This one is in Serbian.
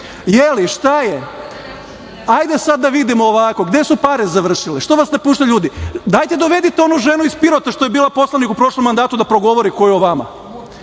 Je li? Šta je? Hajde sad da vidimo ovako, gde su pare završile? Što vas napuštaju ljudi? Dajte dovedite onu ženu iz Pirota što je bila poslanik u prošlom mandatu da progovori koju o vama.